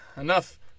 Enough